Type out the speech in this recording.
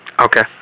okay